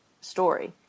story